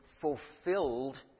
fulfilled